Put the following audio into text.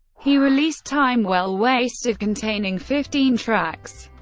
he released time well wasted, containing fifteen tracks.